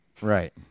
Right